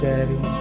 Daddy